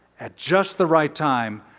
at just the right time,